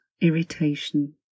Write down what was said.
irritation